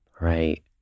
right